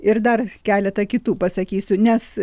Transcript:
ir dar keletą kitų pasakysiu nes